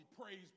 praise